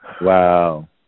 Wow